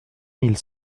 mille